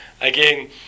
again